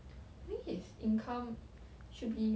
I think his income should be